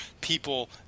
people